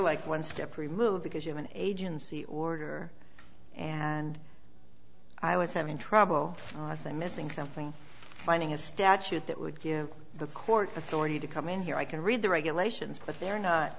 like one step removed because human agency order and i was having trouble was i'm missing something finding a statute that would give the court authority to come in here i can read the regulations but they're not